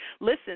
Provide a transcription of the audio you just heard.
Listen